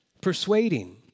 persuading